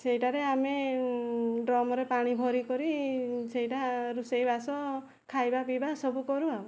ସେହିଟାରେ ଆମେ ଆମର ଡ୍ରମ୍ ରେ ପାଣି ଭରିକରି ସେହିଟା ରୋଷେଇବାସ ଖାଇବାପିଇବା କରୁ ଆଉ